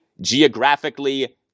geographically